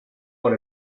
por